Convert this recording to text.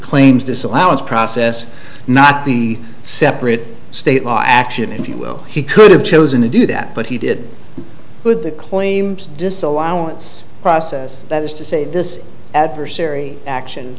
claims disallowance process not the separate state law action if you will he could have chosen to do that but he did with the claims disallowance process that is to say this adversary action